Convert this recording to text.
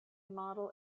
model